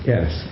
Yes